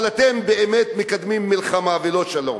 אבל אתם באמת מקדמים מלחמה ולא שלום.